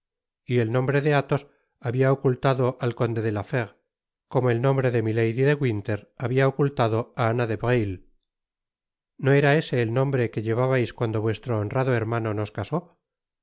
y el nombre de athos habia ocultado al conde de la fére como el nombre de milady de winter babia ocultado á ana de breuil no era ese el nombre que llevabais cuando vuestro honrado hermano nos casó